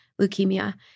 leukemia